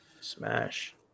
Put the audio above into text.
smash